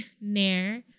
Nair